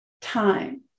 time